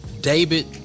David